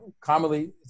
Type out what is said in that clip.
commonly